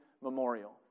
memorial